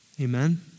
Amen